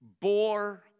bore